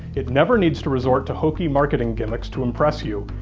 it never needs to resort to hokey marketing gimmicks to impress you,